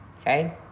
okay